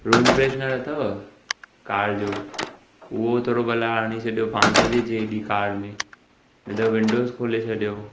room freshener अथव car जो उहो थोरो भला हणी छॾियो बांस थी अचे हेॾी कार में न त विंडोस खोले छॾियो